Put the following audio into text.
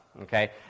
okay